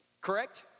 correct